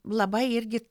labai irgi